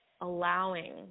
allowing